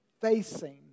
facing